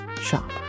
shop